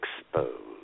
exposed